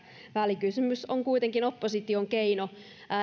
välikysymys on kuitenkin opposition keino